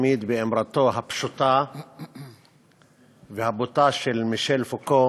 תמיד באמרתו הפשוטה והבוטה של מישל פוקו: